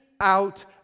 Out